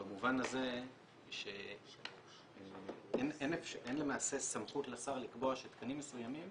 במובן הזה שאין למעשה סמכות לשר לקבוע שתקנים מסוימים